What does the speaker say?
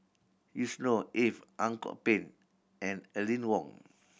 Yusnor Ef Ang Kok Peng and Aline Wong